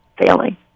failing